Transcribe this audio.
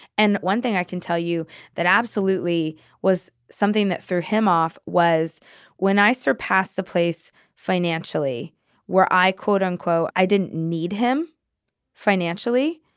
and one thing i can tell you that absolutely was something that threw him off was when i surpassed the place financially where i, quote unquote, i didn't need him financially,